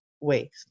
waste